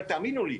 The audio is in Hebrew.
אבל תאמינו לי,